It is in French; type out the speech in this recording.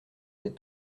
des